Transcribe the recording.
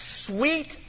sweet